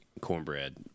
cornbread